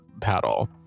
paddle